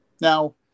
now